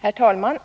Herr talman!